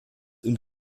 und